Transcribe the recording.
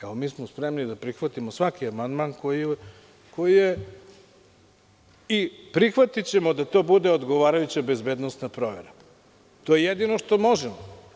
Evo, mi smo spremni da prihvatimo svaki amandman koji je, i prihvatićemo da to bude odgovarajuća bezbednosna provera, to je jedino što možemo.